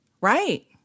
Right